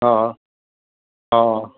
ਹਾਂ ਹਾਂ